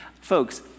folks